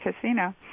casino